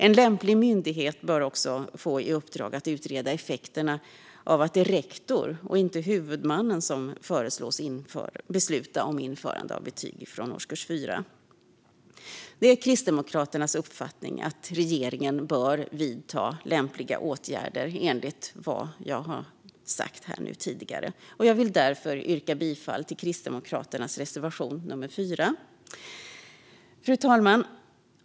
En lämplig myndighet bör också få i uppdrag att utreda effekterna av att det är rektorn och inte huvudmannen som föreslås besluta om införande av betyg från årskurs 4. Det är Kristdemokraternas uppfattning att regeringen bör vidta lämpliga åtgärder enligt vad jag nu har sagt. Jag vill därför yrka bifall till Kristdemokraternas reservation nummer 4. Fru talman!